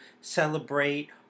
celebrate